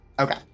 Okay